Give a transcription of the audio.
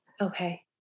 Okay